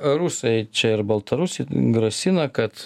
rusai čia ir baltarusiai grasina kad